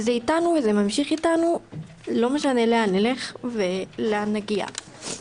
זה איתנו וזה ממשיך איתנו לא משנה לאן נלך ולאן נגיע.